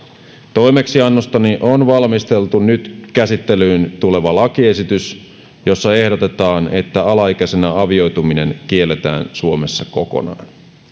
toimeksiannostani on valmisteltu nyt käsittelyyn tuleva lakiesitys jossa ehdotetaan että alaikäisenä avioituminen kielletään suomessa kokonaan